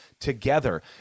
together